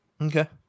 Okay